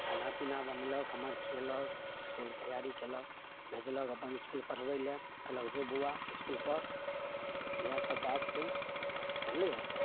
खाना पीना बनेलक हमर खिएलक इसकुल तैआरी कयलक भेजलक अपन इसकुल पढ़बै लै कहलक जो बौआ इसकुल पर इहए सब बात छै जनलियै